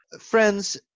Friends